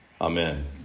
Amen